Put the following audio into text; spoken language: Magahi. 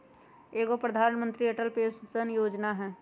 एगो प्रधानमंत्री अटल पेंसन योजना है?